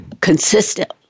Consistent